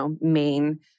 main